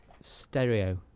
stereo